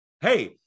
hey